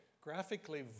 graphically